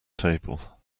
table